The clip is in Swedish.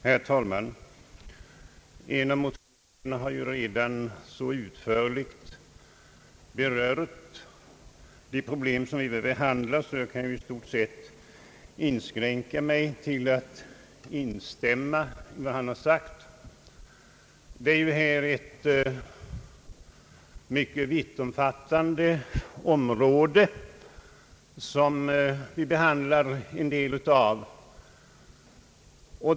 Herr talman! En av motionärerna har ju redan utförligt berört det problem, som nu behandlas, och jag kan i stort sett inskränka mig till att instämma i vad han har sagt. Det är ett mycket vittomfattande område, som vi nu behandlar en del av.